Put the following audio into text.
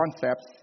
concepts